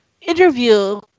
interview